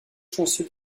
chanceux